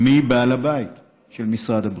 מי בעל הבית של משרד הבריאות?